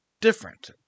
different